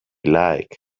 like